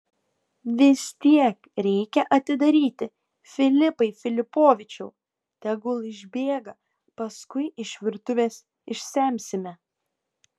vis tiek reikia atidaryti filipai filipovičiau tegul išbėga paskui iš virtuvės išsemsime